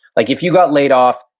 like if you got laid off,